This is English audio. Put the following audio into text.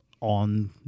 on